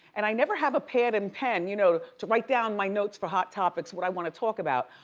and i never have a pad and pen, you know, to write down my notes for hot topics, what i wanna talk about.